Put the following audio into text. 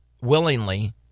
willingly